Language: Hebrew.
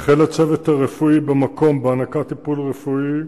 החל הצוות הרפואי במקום בהענקת טיפול רפואי.